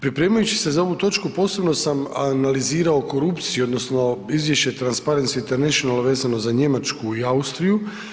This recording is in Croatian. Pripremajući se za ovu točku posebno sam analizirao korupciju odnosno izvješće Transparens Internationala vezano za Njemačku i Austriju.